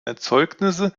erzeugnisse